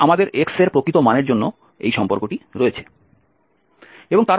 এবং আমাদের x এর প্রকৃত মানের জন্য এই সম্পর্কটি রয়েছে